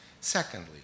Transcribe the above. Secondly